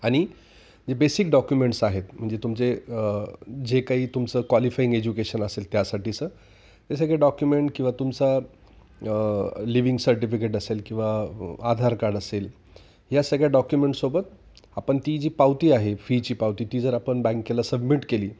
आणि जे basic documents आहेत म्हणजे तुमचे जे काही तुमचं क्वालिफाईंग एज्युकेशन असेल त्यासाठीचं ते सगळे डॉक्युमेंट किंवा तुमचा लिविंग सर्टिफिकेट असेल किंवा आधार कार्ड असेल या सगळ्या डॉक्युमेंटसोबत आपण ती जी पावती आहे फीची पावती ती जर आपण बँकेला सबमिट केली